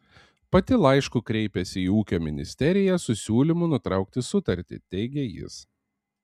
pati laišku kreipėsi į ūkio ministeriją su siūlymu nutraukti sutartį teigė jis